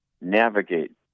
navigate